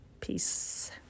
Peace